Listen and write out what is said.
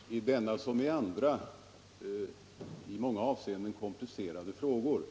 Herr talman! I denna som i andra i många avseenden komplicerade frågor